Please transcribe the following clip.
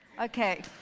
okay